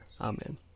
Amen